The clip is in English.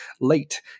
late